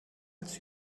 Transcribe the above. als